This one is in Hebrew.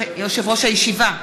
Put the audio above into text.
יושב-ראש הישיבה,